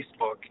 Facebook